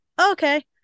okay